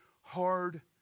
hard